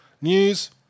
News